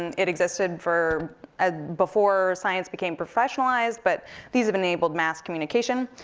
and it existed for ah before science became professionalized, but these have enabled mass communication.